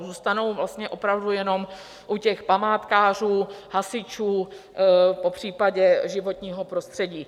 Zůstanou opravdu jenom u památkářů, hasičů, popřípadě životního prostředí.